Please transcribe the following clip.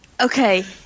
Okay